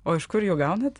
o iš kur jų gaunat